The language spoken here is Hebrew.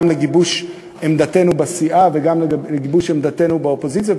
גם לגיבוש עמדתנו בסיעה וגם לגיבוש עמדתנו באופוזיציה,